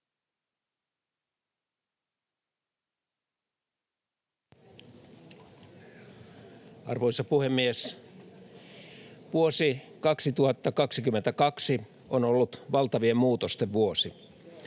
Arvoisa puhemies! Vuosi 2022 on ollut valtavien muutosten vuosi.